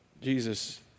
Jesus